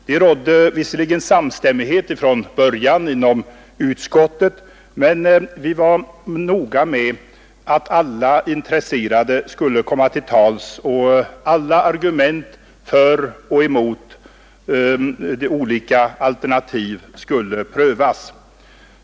Det rådde visserligen samstämmighet inom utskottet, men vi var noga med att alla intressen skulle komma till tals och att alla argument för och emot olika alternativ skulle prövas.